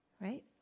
Right